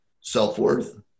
self-worth